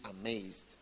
amazed